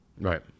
right